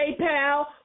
PayPal